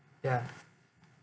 ya